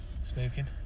smoking